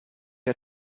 der